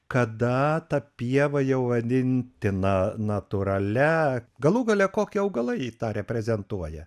kada ta pieva jau vadintina natūralia galų gale kokie augalai į tą reprezentuoja